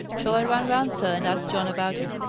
shall i run round, sir, and ask john about it?